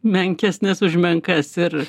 menkesnės už menkas ir